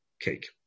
cake